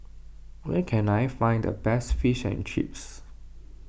where can I find the best Fish and Chips